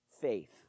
faith